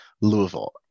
Louisville